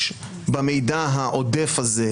במידע העודף הזה,